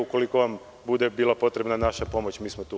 Ukoliko vam bude potrebna naša pomoć, mi smo tu.